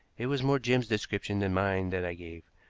it was more jim's description than mine that i gave.